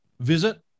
visit